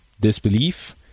disbelief